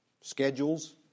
schedules